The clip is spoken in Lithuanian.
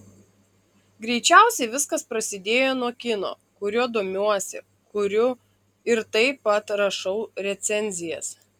greičiausiai viskas prasidėjo nuo kino kuriuo domiuosi kuriu ir taip pat rašau recenzijas